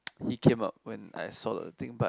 he came up when I saw the thing but